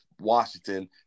Washington